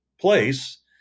place